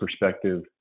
perspective